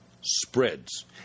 spreads